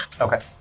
Okay